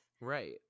right